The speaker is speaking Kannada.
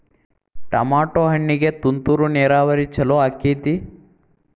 ಟಮಾಟೋ ಹಣ್ಣಿಗೆ ತುಂತುರು ನೇರಾವರಿ ಛಲೋ ಆಕ್ಕೆತಿ?